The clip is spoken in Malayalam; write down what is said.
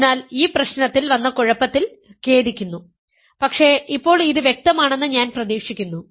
അതിനാൽ ഈ പ്രശ്നത്തിൽ വന്ന കുഴപ്പത്തിൽ ഖേദിക്കുന്നു പക്ഷേ ഇപ്പോൾ ഇത് വ്യക്തമാണെന്ന് ഞാൻ പ്രതീക്ഷിക്കുന്നു